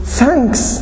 thanks